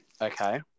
Okay